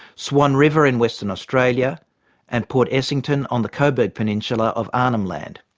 swan river in western australia and port essington on the cobourg peninsula of arnhem land.